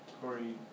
Corey